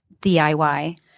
DIY